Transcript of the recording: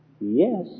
Yes